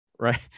right